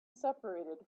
separated